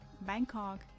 Bangkok